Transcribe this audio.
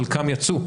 חלקם יצאו,